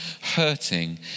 hurting